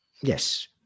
Yes